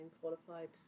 qualified